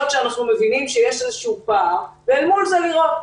שאנחנו מבינים שיש איזשהו פער ואל מול זה לראות.